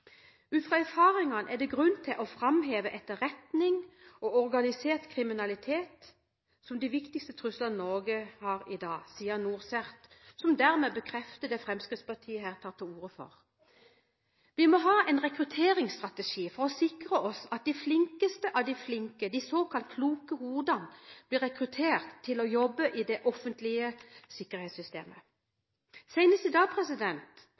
Ut fra erfaringene er det grunn til å framheve etterretning og organisert kriminalitet som de viktigste truslene i Norge i dag, sier NorCERT, som dermed bekrefter det Fremskrittspartiet her tar til orde for. Vi må ha en rekrutteringsstrategi for å sikre oss at de flinkeste av de flinke, de såkalt kloke hodene, blir rekruttert til å jobbe i det offentlige sikkerhetssystemet. Senest i dag